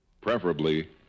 preferably